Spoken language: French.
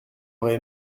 aurait